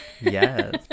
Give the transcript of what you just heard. Yes